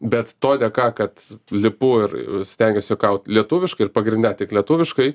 bet to dėka kad lipu ir stengiuos juokaut lietuviškai ir pagrinde tik lietuviškai